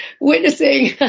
witnessing